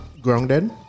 grounded